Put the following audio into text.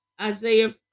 Isaiah